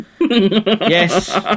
Yes